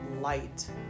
light